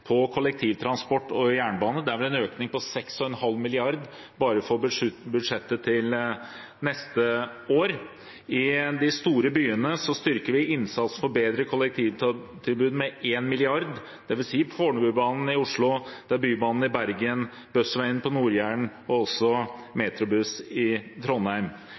på kollektivtransport og jernbane. Der er det en økning på 6,5 mrd. kr bare på budsjettet for neste år. I de store byene styrker vi innsatsen og forbedrer kollektivtilbudet med 1 mrd. kr, dvs. Fornebubanen i Oslo, Bybanen i Bergen, Bussveien på Nord-Jæren og også metrobuss i Trondheim.